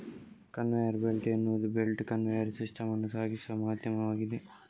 conveyor belt ಎನ್ನುವುದು belt conveyor system ಅನ್ನು ಸಾಗಿಸುವ ಮಾಧ್ಯಮವಾಗಿದೆ